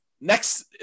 next